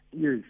Yes